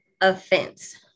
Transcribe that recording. Offense